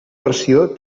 versió